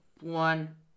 one